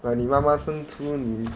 like 你妈妈生出你